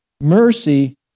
mercy